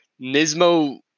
Nismo